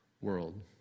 world